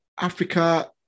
Africa